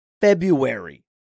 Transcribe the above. February